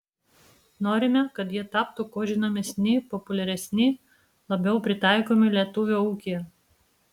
norime kad jie taptų kuo žinomesni populiaresni labiau pritaikomi lietuvio ūkyje